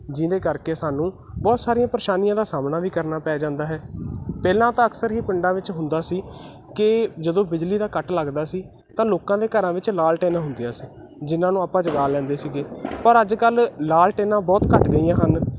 ਜਿਹਦੇ ਕਰਕੇ ਸਾਨੂੰ ਬਹੁਤ ਸਾਰੀਆਂ ਪਰੇਸ਼ਾਨੀਆਂ ਦਾ ਸਾਹਮਣਾ ਵੀ ਕਰਨਾ ਪੈ ਜਾਂਦਾ ਹੈ ਪਹਿਲਾਂ ਤਾਂ ਅਕਸਰ ਹੀ ਪਿੰਡਾਂ ਵਿੱਚ ਹੁੰਦਾ ਸੀ ਕਿ ਜਦੋਂ ਬਿਜਲੀ ਦਾ ਕੱਟ ਲੱਗਦਾ ਸੀ ਤਾਂ ਲੋਕਾਂ ਦੇ ਘਰਾਂ ਵਿੱਚ ਲਾਲਟੈਨਾਂ ਹੁੰਦੀਆਂ ਸੀ ਜਿਹਨਾਂ ਨੂੰ ਆਪਾਂ ਜਗਾ ਲੈਂਦੇ ਸੀਗੇ ਪਰ ਅੱਜ ਕੱਲ੍ਹ ਲਾਲਟੈਨਾਂ ਬਹੁਤ ਘੱਟ ਗਈਆਂ ਹਨ